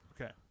Okay